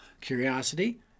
curiosity